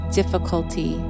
difficulty